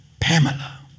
Pamela